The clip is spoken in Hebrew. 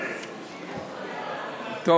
לפני שהציגו,